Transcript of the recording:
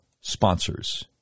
sponsors